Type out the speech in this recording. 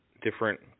Different